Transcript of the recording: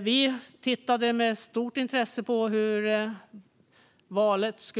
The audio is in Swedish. Vi tittade med stort intresse på hur valet